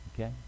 Okay